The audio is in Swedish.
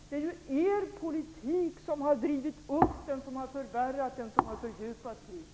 Det är er politik som har förvärrat och fördjupat krisen.